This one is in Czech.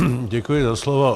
Děkuji za slovo.